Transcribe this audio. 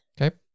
Okay